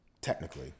Technically